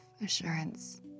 assurance